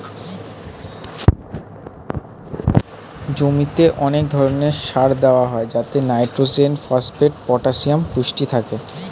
জমিতে অনেক ধরণের সার দেওয়া হয় যাতে নাইট্রোজেন, ফসফেট, পটাসিয়াম পুষ্টি থাকে